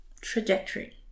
trajectory